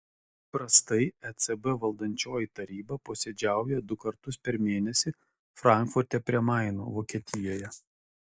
įprastai ecb valdančioji taryba posėdžiauja du kartus per mėnesį frankfurte prie maino vokietijoje